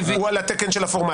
הוא על התקן של הפורמלי.